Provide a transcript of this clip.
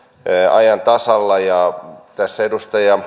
ajan tasalla tässä edustaja